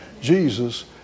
Jesus